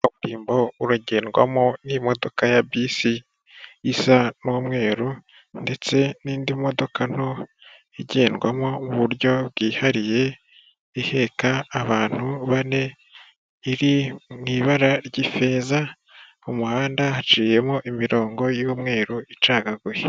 kaburimbo uragendwamo n'imodoka ya bisi, isa n'umweru, ndetse n'indi modoka nto igendwamo mu buryo bwihariye, ihika abantu bane, iri mu ibara ry'ifeza, mu muhanda haciyemo imirongo y'umweru, icagaguye.